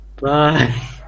Bye